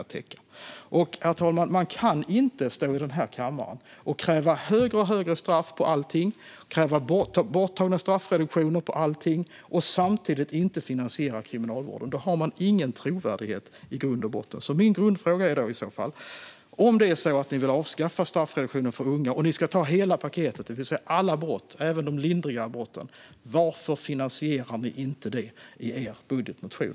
Herr talman! Man kan inte stå i den här kammaren och kräva allt högre straff på allting och borttagna straffreduktioner på allting och samtidigt inte finansiera kriminalvården. Då har man ingen trovärdighet. Min grundfråga är: Om ni vill avskaffa straffreduktionen och ska ta hela paketet, det vill säga ta bort straffreduktionen för alla brott, även för de lindriga brotten, varför finansierar ni inte det i er budgetmotion?